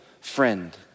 friend